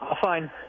fine